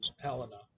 Helena